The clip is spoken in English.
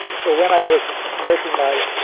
so when i was making my